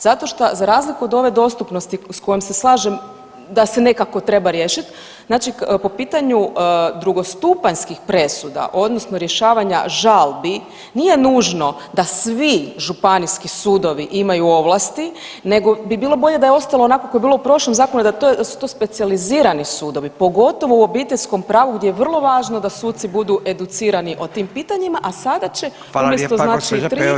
Zato šta za razliku od ove dostupnosti s kojom se slažem da se nekako treba riješit, znači po pitanju drugostupanjskih presuda odnosno rješavanja žalbi nije nužno da svi županijski sudovi imaju ovlasti nego bi bilo bolje da je ostalo onako kako je bilo u prošlom zakonu da su to specijalizirani sudovi, pogotovo u obiteljskom pravu gdje je vrlo važno da suci budu educirani o tim pitanjima, a sada će umjesto znači 3 svi to moć obavljati.